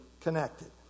connected